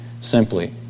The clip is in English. simply